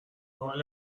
حال